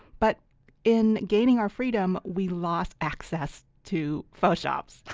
but in gaining our freedom we lost access to pho shops.